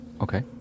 Okay